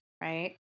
right